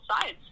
sides